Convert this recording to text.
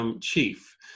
chief